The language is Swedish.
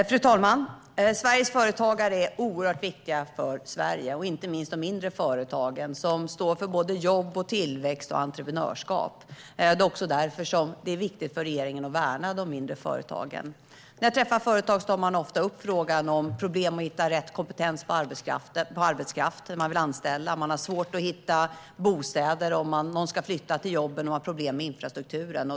Fru talman! Sveriges företagare är oerhört viktiga för Sverige. Inte minst de mindre företagen står för såväl jobb och tillväxt som entreprenörskap. Det är också därför det är viktigt för regeringen att värna de mindre företagen. När jag träffar företagare tar de ofta upp frågan om problem att hitta rätt kompetens hos arbetskraften de vill anställa. Det är svårt att hitta bostad om någon ska flytta till jobbet och har problem med infrastrukturen.